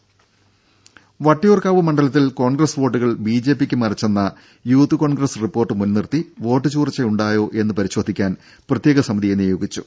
ദ്ദേ വട്ടിയൂർക്കാവ് മണ്ഡലത്തിൽ കോൺഗ്രസ് വോട്ടുകൾ ബി ജെ പിക്ക് മറിച്ചെന്ന യൂത്ത് കോൺഗ്രസ് റിപ്പോർട്ട് മുൻ നിർത്തി വോട്ടുചോർച്ചയുണ്ടായോ എന്ന് പരിശോധിക്കാൻ പ്രത്യേക സമിതിയെ നിയോഗിച്ചു